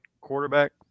quarterback